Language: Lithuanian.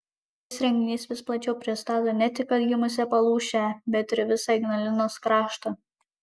šis renginys vis plačiau pristato ne tik atgimusią palūšę bet ir visą ignalinos kraštą